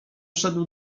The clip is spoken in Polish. szedł